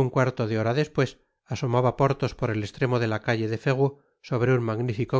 un cuarto de hora despues asomaba porthos por et estremo de la calle de ferou sobre un magnifico